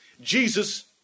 Jesus